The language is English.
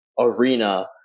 arena